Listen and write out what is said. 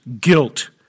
guilt